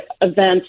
events